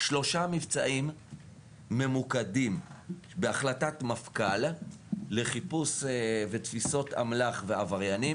שלושה מבצעים ממוקדים בהחלטת מפכ"ל לחיפוש ותפיסות אמל"ח ועבריינים.